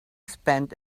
spent